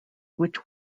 which